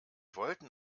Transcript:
wollten